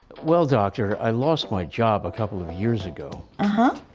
well doctor, i lost my job a couple of years ago. ah